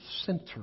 center